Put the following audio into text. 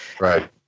Right